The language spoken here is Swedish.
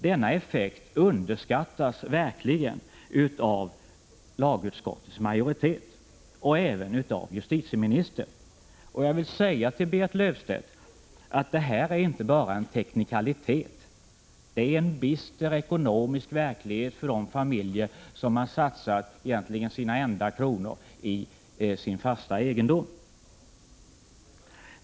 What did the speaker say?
Denna effekt underskattas verkligen av lagutskottets majoritet och även av justitieministern. Jag vill säga till Berit Löfstedt att detta inte är bara en teknikalitet utan en bister ekonomisk verklighet för de familjer som har satsat sina enda kronor i sin fasta egendom.